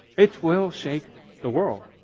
it will shake the world.